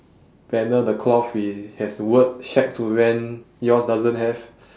banner the cloth it has the word shack to rent yours doesn't have